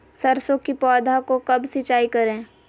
सरसों की पौधा को कब सिंचाई करे?